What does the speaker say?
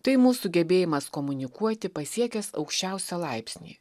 tai mūsų gebėjimas komunikuoti pasiekęs aukščiausią laipsnį